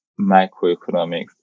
microeconomics